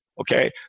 okay